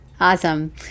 Awesome